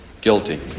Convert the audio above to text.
guilty